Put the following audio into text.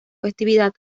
festividad